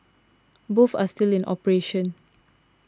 both are still in operation